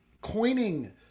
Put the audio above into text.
coining